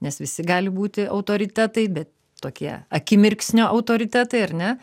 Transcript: nes visi gali būti autoritetai bet tokie akimirksnio autoritetai ar ne